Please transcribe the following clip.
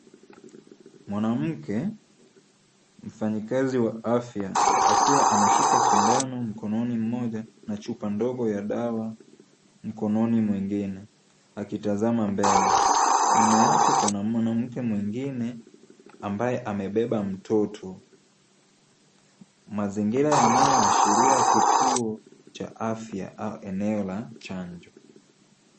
Mwanamke, mfanyekazi wa afya, akiwa ameshika sindano mkononi mmoja na chupa ndogo ya dawa, mkononi mwingine, akitazama mbele, nyuma yake kuna mwanamke mwingine ambaye amebeba mtoto, Mazingira yanayoashiria kituo cha afya au eneo la chanjo.